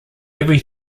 every